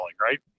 right